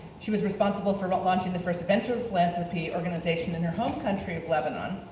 she was responsible for but launching the first venture philanthropy organization in her home country of lebanon,